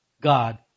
God